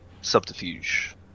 subterfuge